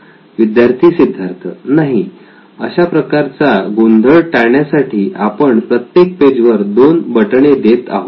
विद्यार्थी सिद्धार्थ नाही अशा प्रकारचा गोंधळ टाळण्यासाठी आपण प्रत्येक पेज वर दोन बटणे देत आहोत